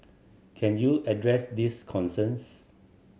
can you address these concerns